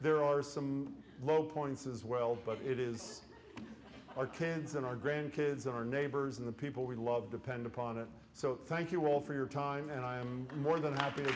there are some low points as well but it is our kids and our grandkids our neighbors and the people we love depend upon it so thank you all for your time and i am more than happy